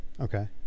Okay